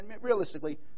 Realistically